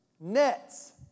Nets